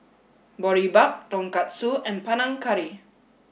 Boribap Tonkatsu and Panang Curry